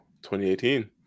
2018